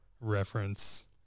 reference